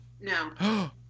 No